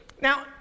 Now